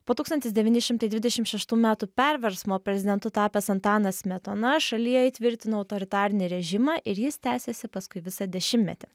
po tūkstantis devyni šimtai dvidešimt šeštų metų perversmo prezidentu tapęs antanas smetona šalyje įtvirtino autoritarinį režimą ir jis tęsėsi paskui visą dešimtmetį